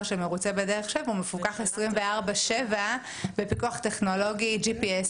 שמרוצה --- והוא מפוקח 24/7 בפיקוח טכנולוגי ג'י.פי.אס.